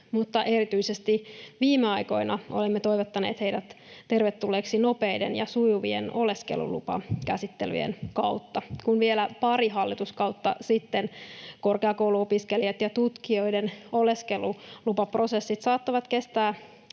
mutta erityisesti viime aikoina olemme toivottaneet heidät tervetulleiksi nopeiden ja sujuvien oleskelulupakäsittelyjen kautta. Kun vielä pari hallituskautta sitten korkeakouluopiskelijoiden ja tutkijoiden oleskelulupaprosessit saattoivat kestää